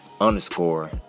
underscore